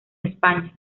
españa